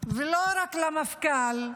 ולא רק למפכ"ל,